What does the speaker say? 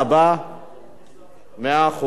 עברה בקריאה ראשונה.